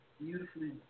beautifully